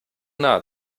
nahe